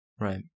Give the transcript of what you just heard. Right